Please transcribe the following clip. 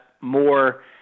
more